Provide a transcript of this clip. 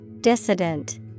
Dissident